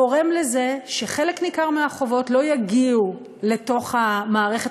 גורם לזה שחלק ניכר מהחובות לא יגיעו לתוך המערכת